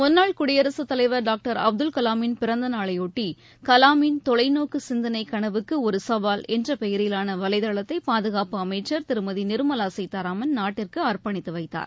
முன்னாள் குடியரசுத் தலைவர் டாக்டர் அப்துல்கலாமின் பிறந்த நாளையொட்டி கலாமின் தொலைநோக்குச் சிந்தனை கனவுக்கு ஒரு சவால் என்ற பெயரிலான வலைதளத்தை பாதுகாப்பு அமைச்சர் திருமதி நிர்மலா சீதாராமன் நாட்டிற்கு அர்ப்பணித்து வைத்தார்